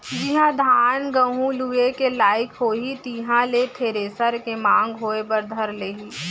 जिहॉं धान, गहूँ लुए के लाइक होही तिहां ले थेरेसर के मांग होय बर धर लेही